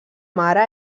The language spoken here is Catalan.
mare